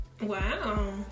wow